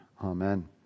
Amen